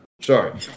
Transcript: Sorry